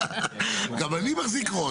גם אני מחזיק ראש.